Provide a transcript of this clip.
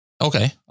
Okay